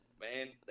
man